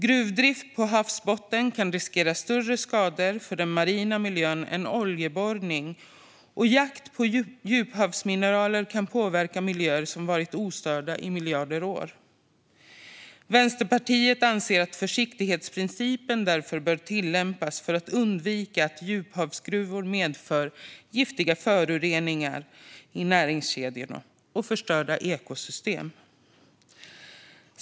Gruvdrift på havsbotten kan riskera större skador för den marina miljön än oljeborrning, och jakt på djuphavsmineraler kan påverka miljöer som varit ostörda i miljarder år. Vänsterpartiet anser att försiktighetsprincipen därför bör tillämpas för att undvika att djuphavsgruvor medför giftiga föroreningar i näringskedjorna och förstörda ekosystem.